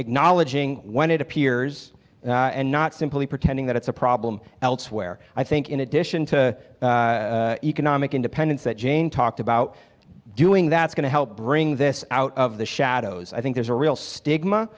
acknowledging when it appears and not simply pretending that it's a problem elsewhere i think in addition to economic independence that jane talked about doing that's going to help bring this out of the shadows i think there's a real stigma